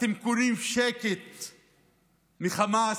אתם קונים שקט מחמאס.